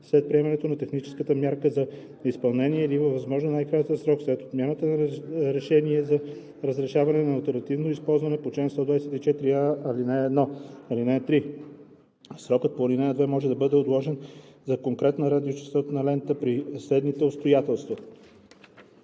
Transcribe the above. след приемането на техническата мярка за изпълнение или във възможно най-кратък срок след отмяната на решение за разрешаване на алтернативно използване по чл. 124а, ал. 1. (3) Срокът по ал. 2 може да бъде отложен за конкретна радиочестотна лента при следните обстоятелства: